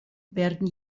werden